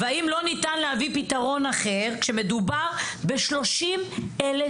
האם לא ניתן להביא פתרון אחר כשמדובר ב-30,000 איש?